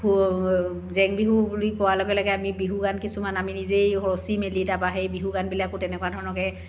জেং বিহু বুলি কোৱাৰ লগে লগে আমি বিহু গান কিছুমান আমি নিজেই ৰচি মেলি তাপা সেই বিহু গানবিলাকো তেনেকুৱা ধৰণৰকৈ